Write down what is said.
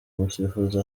umusifuzi